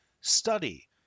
study